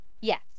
Yes